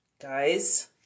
guys